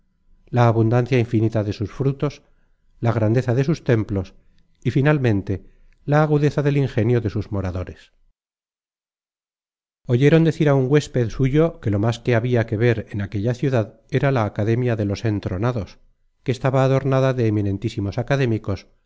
la abundancia infinita de sus frutos la grandeza de sus templos y finalmente la agudeza del ingenio de sus moradores oyeron decir á un huésped suyo que lo más que habia que ver en aquella ciudad era la academia de los entronados que estaba adornada de eminentísimos académicos